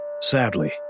Sadly